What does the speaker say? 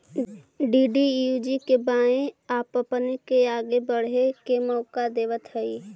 DDUGKY आपपने के आगे बढ़े के मौका देतवऽ हइ